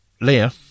Leah